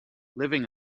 living